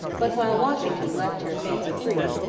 but, while washington left her fancy-free,